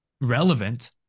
relevant